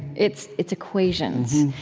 it's it's equations.